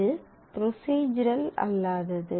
இது ப்ரொஸிஸ்ரல் அல்லாதது